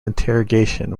interrogation